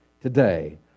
today